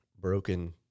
broken